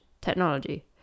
technology